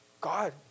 God